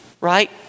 right